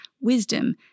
wisdom